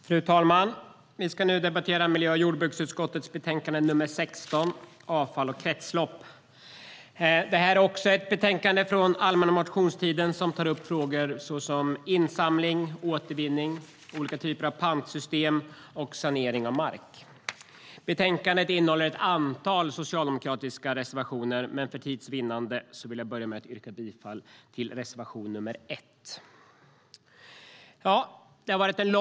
Fru talman! Vi ska nu debattera miljö och jordbruksutskottets betänkande nr 16 om avfall och kretslopp. Det är ett motionsbetänkande som tar upp motioner om insamling, återvinning, olika typer av pantsystem och sanering av mark. Betänkandet innehåller också ett antal socialdemokratiska reservationer, men för tids vinnande yrkar jag bifall till reservation nr 1.